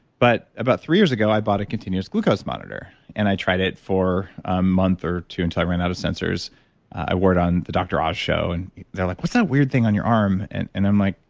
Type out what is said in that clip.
but about three years ago, i bought a continuous glucose monitor and i tried it for a month or two until i ran out of sensors i worked on the dr. oz show and they're like, what's that weird thing on your arm? and and i'm like,